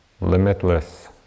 limitless